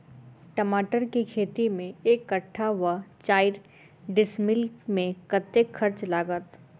टमाटर केँ खेती मे एक कट्ठा वा चारि डीसमील मे कतेक खर्च लागत?